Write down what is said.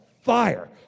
fire